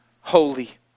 holy